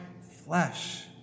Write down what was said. flesh